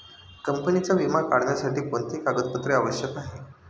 कंपनीचा विमा काढण्यासाठी कोणते कागदपत्रे आवश्यक आहे?